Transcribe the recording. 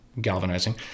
galvanizing